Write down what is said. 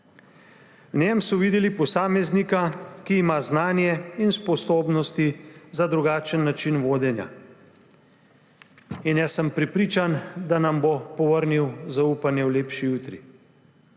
V njem so videli posameznika, ki ima znanje in sposobnosti za drugačen način vodenja. In jaz sem prepričan, da nam bo povrnil zaupanje v lepši jutri.